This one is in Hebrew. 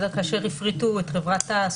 כאשר הפריטו את חברת תע"ש,